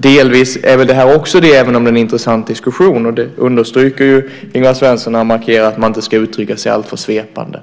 Delvis är väl det här också ett stickspår, även om det är en intressant diskussion. Det understryker Ingvar Svensson när han markerar att man inte ska uttrycka sig alltför svepande.